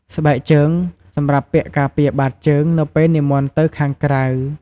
ស្បែកជើង សម្រាប់ពាក់ការពារបាតជើងនៅពេលនិមន្តទៅខាងក្រៅ។